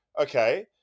Okay